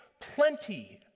plenty